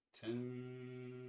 ten